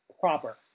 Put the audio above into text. proper